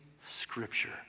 Scripture